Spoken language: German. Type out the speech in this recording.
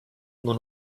nur